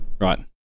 Right